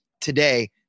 today